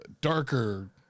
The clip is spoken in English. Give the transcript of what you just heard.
darker